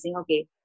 okay